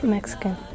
Mexican